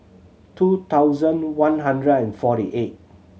two thousand one hundred and forty eight